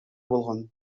болгон